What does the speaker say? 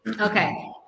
Okay